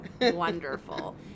Wonderful